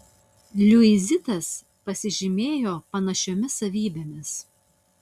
liuizitas pasižymėjo panašiomis savybėmis